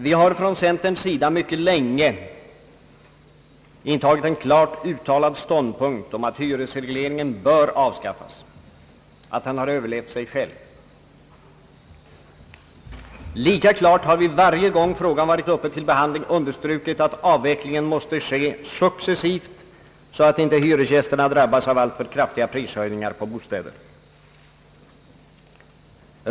Vi har från centerns sida mycket länge intagit en klart uttalad ståndpunkt att hyresregleringen bör avskaffas, att den har överlevt sig själv. Lika klart har vi varje gång frågan varit uppe till behandling understrukit att avvecklingen måste ske successivt, så att inte hyresgästerna drabbas av alltför kraftiga prishöjningar på bostäder.